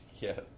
Yes